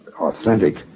authentic